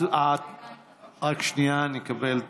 הצעת הוועדה לקידום מעמד